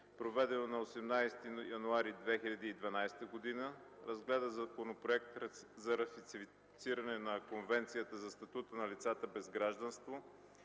проведено на 18 януари 2012 г., разгледа Законопроект за ратифициране на Конвенцията за статута на лицата без гражданство,